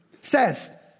says